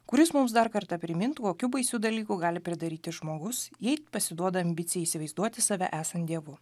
kuris mums dar kartą primintų kokių baisių dalykų gali pridaryti žmogus jei pasiduoda ambicijai įsivaizduoti save esant dievu